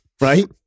Right